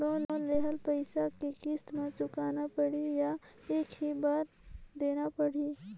Loan लेहल पइसा के किस्त म चुकाना पढ़ही या एक ही बार देना पढ़ही?